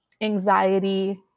anxiety